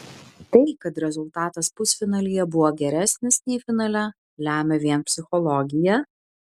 tai kad rezultatas pusfinalyje buvo geresnis nei finale lemia vien psichologija